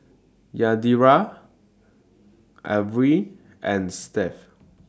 Yadira Avery and Seth